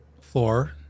floor